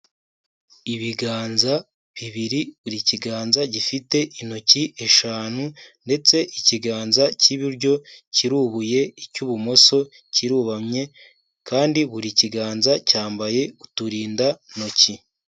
Ibiganza bibiri buri kiganza gifite intoki eshanu ndetse ikiganza cy'iburyo kirubuye, icy'ibumoso kirubamye kandi buri kiganza cyambaye uturindantoki.